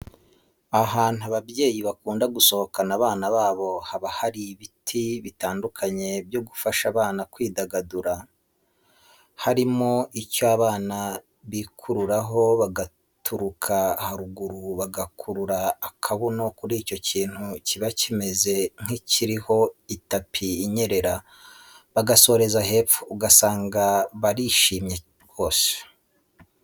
Ahantu ababyeyi bakunda gusohokana abana babo haba hari ibinti bitandukanye byo gufasha abana kwidagadura harimo icyo abana bikururaho bagaturuka ruguru bakurura akabuno kuri icyo kintu kiba kimeze nk'ikiriho itapi inyerera bagasoreza hepfo. Ugasanga barishomye rwose.